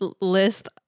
list